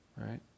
Right